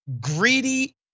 greedy